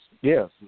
yes